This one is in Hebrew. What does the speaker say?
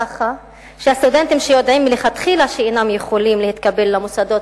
כך שהסטודנטים שיודעים מלכתחילה שאינם יכולים להתקבל למוסדות